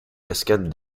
cascades